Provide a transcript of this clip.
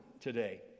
today